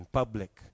public